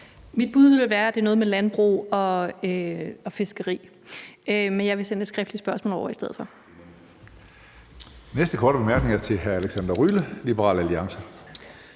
Mit bud vil være, at det har noget med landbrug og fiskeri at gøre. Men jeg vil sende et skriftligt spørgsmål over i stedet for.